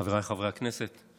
חבריי חברי הכנסת,